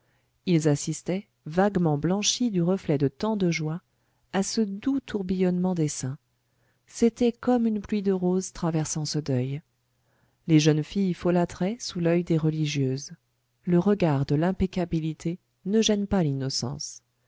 ils assistaient vaguement blanchis du reflet de tant de joie à ce doux tourbillonnement d'essaims c'était comme une pluie de roses traversant ce deuil les jeunes filles folâtraient sous l'oeil des religieuses le regard de l'impeccabilité ne gêne pas l'innocence